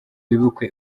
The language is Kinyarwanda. wibuke